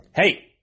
Hey